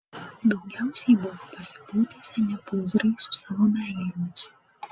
daugiausiai buvo pasipūtę seni pūzrai su savo meilėmis